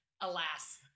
Alas